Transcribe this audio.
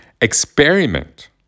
experiment